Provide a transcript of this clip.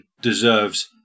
deserves